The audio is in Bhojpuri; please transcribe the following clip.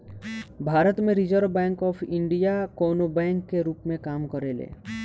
भारत में रिजर्व बैंक ऑफ इंडिया कवनो बैंक के रूप में काम करेले